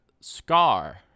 Scar